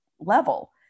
level